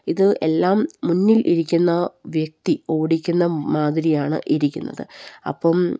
ഇത് എല്ലാം മുന്നിൽ ഇരിക്കുന്ന വ്യക്തി ഓടിക്കുന്ന മാതിരിയാണ് ഇരിക്കുന്നത് അപ്പം